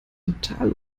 total